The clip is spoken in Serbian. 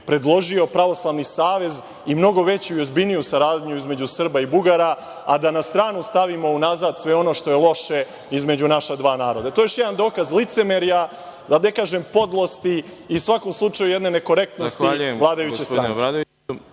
predložio pravoslavni savez i mnogo veću i ozbiljniju saradnju između Srba i Bugara, a da na stranu stavimo unazad sve ono što je loše između naša dva naroda. To je još jedan dokaz licemerja, da ne kažem podlosti i u svakom slučaju jedne nekorektnosti vladajuće stranke.